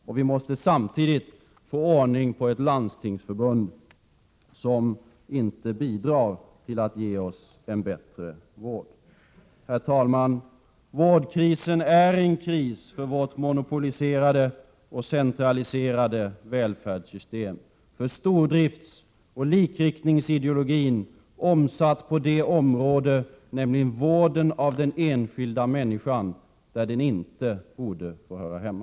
Och vi måste samtidigt få ordning på ett landstingsförbund som inte bidrar till att ge oss en bättre vård. Herr talman! Vårdkrisen är en kris för vårt monopoliserade och centraliserade välfärdssystem, för stordriftsoch likriktningsideologin omsatt på det område, nämligen vården av den enskilda människan, där den inte borde få höra hemma.